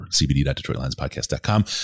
cbd.detroitlinespodcast.com